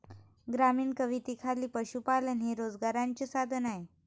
ग्रामीण कवितेखाली पशुपालन हे रोजगाराचे साधन आहे